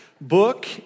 book